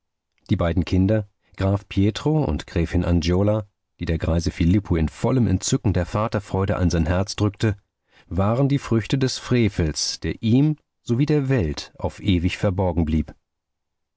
die beiden kinder graf pietro und gräfin angiola die der greise filippo in vollem entzücken der vaterfreude an sein herz drückte waren die früchte des frevels der ihm sowie der welt auf ewig verborgen blieb